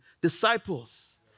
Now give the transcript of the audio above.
disciples